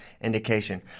indication